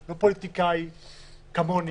לא פוליטיקאי כמוני,